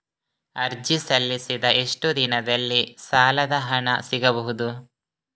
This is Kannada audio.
ಅರ್ಜಿ ಸಲ್ಲಿಸಿದ ಎಷ್ಟು ದಿನದಲ್ಲಿ ಸಾಲದ ಹಣ ಸಿಗಬಹುದು?